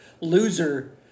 loser